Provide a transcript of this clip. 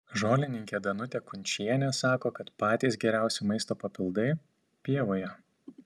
žolininkė danutė kunčienė sako kad patys geriausi maisto papildai pievoje